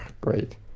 great